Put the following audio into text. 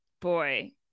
boy